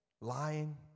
lying